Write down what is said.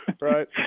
right